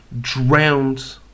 drowned